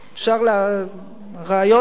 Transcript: הרעיון הזה,